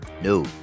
No